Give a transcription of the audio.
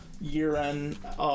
year-end